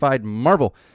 Marvel